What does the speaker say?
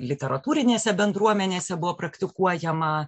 literatūrinėse bendruomenėse buvo praktikuojama